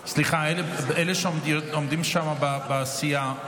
סליחה, אלה שעומדים שם בסיעה,